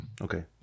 Okay